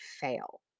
fail